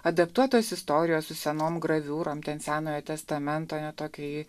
adaptuotos istorijos su senom graviūrom ten senojo testamento na tokia ji